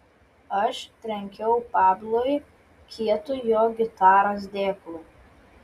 aš trenkiau pablui kietu jo gitaros dėklu